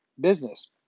business